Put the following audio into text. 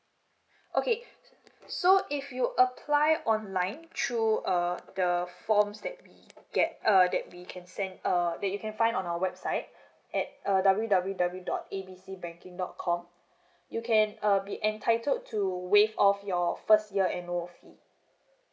okay so if you apply online through uh the forms that we get uh that we can send um that you can find on our website at uh W W W dot A B C banking dot com you can err be entitled to waive off your first year annual